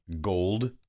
gold